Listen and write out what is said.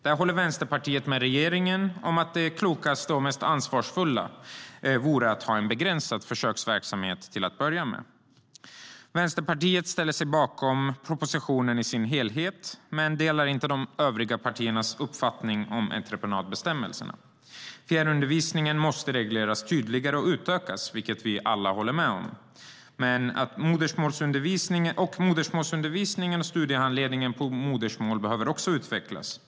Där håller Vänsterpartiet med regeringen om att det klokaste och mest ansvarsfulla vore att ha en begränsad försöksverksamhet till att börja med. Vänsterpartiet ställer sig bakom propositionen i dess helhet, men delar inte de övriga partiernas uppfattning om entreprenadbestämmelserna. Fjärrundervisningen måste regleras tydligare och utökas, vilket vi alla håller med om. Modersmålsundervisningen och studiehandledningen på modersmål behöver utvecklas.